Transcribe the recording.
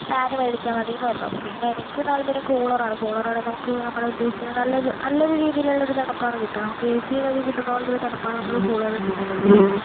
fan മേടിച്ചാൽ മതി എന്ന് പറഞ്ഞു പിന്നെ എനിക്ക് താത്പര്യം കൂളർ ആണ് കൂളർ ആണെങ്കിൽ നമുക്ക് നമ്മൾ ഉദ്ദേശിച്ച നല്ല നല്ലൊരു രീതിയിലുള്ള തണുപ്പാണ് കിട്ടുക നമ്മൾ എ സിയിൽ കിട്ടുന്ന പോലത്തെ തണുപ്പാണ് നമുക്ക് കൂളറിൽ നിന്ന് ലഭിക്കുന്നത്